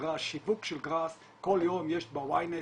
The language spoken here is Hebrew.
שיווק של גראס, כל יום יש ב-YNET